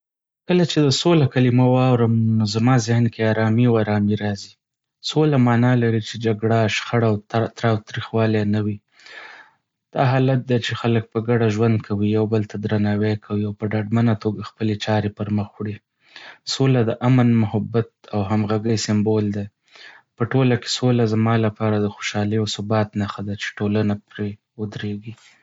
کله چې د "سوله" کلمه واورم، نو زما ذهن کې آرامي او ارامي راځي. سوله معنی لري چې جګړه، شخړه او تراو - تاوتریخوالی نه وي. دا حالت دی چې خلک په ګډه ژوند کوي، یو بل ته درناوی کوي او په ډاډمنه توګه خپلې چارې پرمخ وړي. سوله د امن، محبت او همغږۍ سمبول دی. په ټوله کې، سوله زما لپاره د خوشحالۍ او ثبات نښه ده چې ټولنه پرې ودریږي.